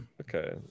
Okay